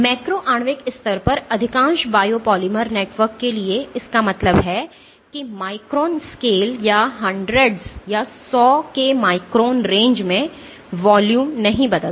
macro आणविक स्तर पर अधिकांश बायोपॉलिमर नेटवर्क के लिए इसका मतलब है कि माइक्रोन स्केल या 100s के माइक्रोन रेंज में वॉल्यूम नहीं बदलता है